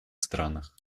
странах